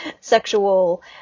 sexual